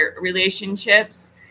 relationships